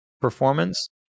performance